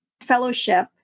fellowship